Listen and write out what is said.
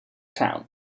town